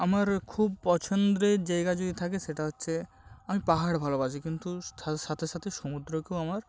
আমার খুব পছন্দের জায়গা যদি থাকে সেটা হচ্ছে আমি পাহাড় ভালোবাসি কিন্তু তার সাথে সাথে সমুদ্রকেও আমার